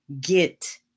get